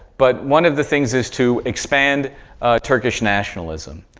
but one of the things is to expand turkish nationalism.